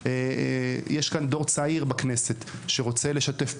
יש דור צעיר בכנסת שרוצה לשתף פעולה,